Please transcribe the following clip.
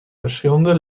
verschillende